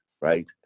Right